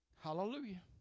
Hallelujah